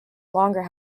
longer